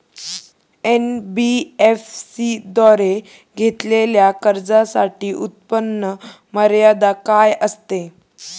NBFC द्वारे घेतलेल्या कर्जासाठी उत्पन्न मर्यादा काय असते?